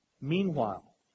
Meanwhile